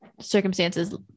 circumstances